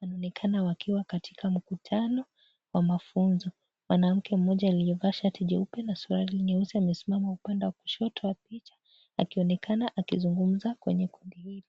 Wanaonekana wakiwa katika mkutano wa mafunzo, mwanamke moja aliyevaa shati jeupe na suruali nyeusi amesimama upande wa kushoto wa picha akionekana akizungumza kwenye kikundi hicho.